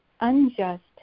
unjust